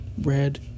Red